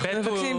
אנחנו מבקשים,